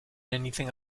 anything